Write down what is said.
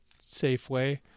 Safeway